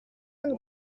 nous